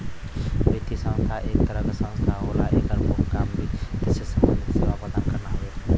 वित्तीय संस्था एक तरह क संस्था होला एकर मुख्य काम वित्त से सम्बंधित सेवा प्रदान करना हउवे